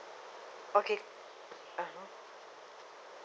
okay